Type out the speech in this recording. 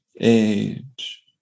age